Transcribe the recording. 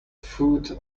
food